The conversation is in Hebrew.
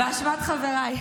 באשמת חבריי.